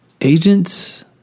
Agents